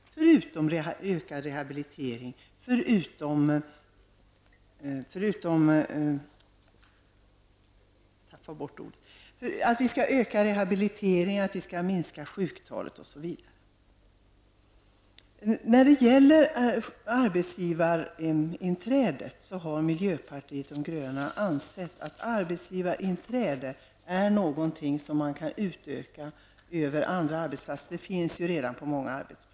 Dessutom gäller det att t.ex. utöka rehabiliteringen och att få ned sjuktalen. Vi i miljöpartiet anser att arbetsgivarinträdet är någonting som kan utökas till att gälla fler områden. Det finns ju redan på många arbetsplatser.